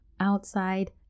outside